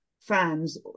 fans